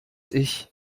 ich